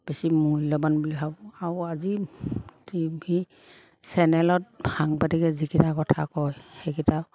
বেছি মূল্যৱান বুলি ভাবোঁ আৰু আজি টি ভি চেনেলত সাংবাদিকে যিকেইটা কথা কয় সেইকেইটা